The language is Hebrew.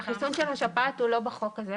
החיסון של השפעת לא בחוק הזה.